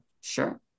Sure